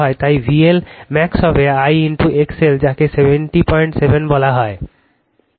তাই VL max হবে I XL যাকে 707 বলা হয়